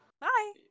Bye